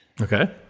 Okay